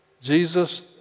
Jesus